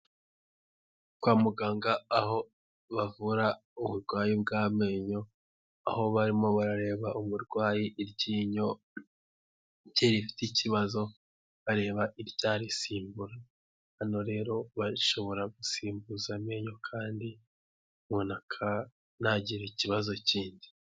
Kwa muganga aho bavura uburwayi bw'amenyo, aho barimo barareba umurwayi iryinyo rye rifite ikibazo bareba iryarisimbura, hano rero bashobora gusimbuza amenyo kandi umuntu ntagire ikibazo kindi.